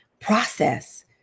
process